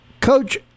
Coach